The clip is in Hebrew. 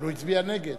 אבל הוא הצביע נגד.